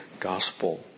gospel